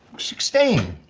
sixteen!